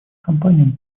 компаниям